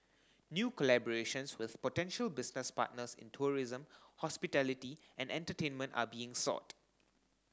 new collaborations with potential business partners in tourism hospitality and entertainment are being sought